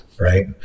right